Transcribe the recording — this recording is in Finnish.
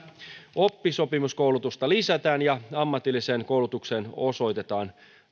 oppisopimuskoulutusta lisätään ja ammatilliseen koulutukseen osoitetaan